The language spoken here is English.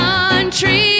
Country